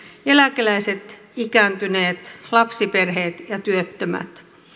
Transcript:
eläkeläiset ikääntyneet lapsiperheet ja työttömät